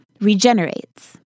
regenerates